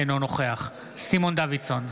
אינו נוכח סימון דוידסון,